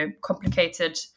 complicated